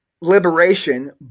liberation